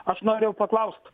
aš norėjau paklaust